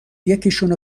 یکیشون